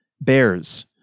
Bears